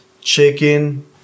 chicken